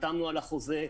חתמנו על החוזה,